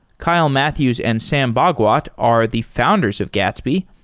kyle matthews and sam bhagwat are the founders of gatsby,